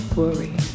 worry